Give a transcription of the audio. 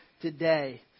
today